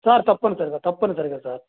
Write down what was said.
sir తప్పనిసరిగా తప్పనిసరిగా sir